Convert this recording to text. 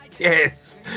Yes